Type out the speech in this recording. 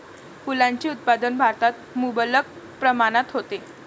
फुलांचे उत्पादन भारतात मुबलक प्रमाणात होते